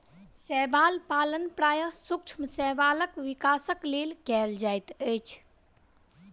शैवाल पालन प्रायः सूक्ष्म शैवालक विकासक लेल कयल जाइत अछि